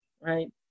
right